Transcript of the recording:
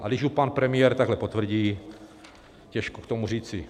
A když ji pan premiér takhle potvrdí, těžko k tomu říci.